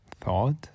thought